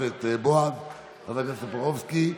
בתוספת חבר הכנסת טופורובסקי,